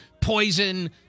poison